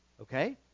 okay